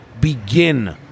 begin